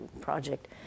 project